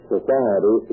Society